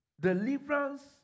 deliverance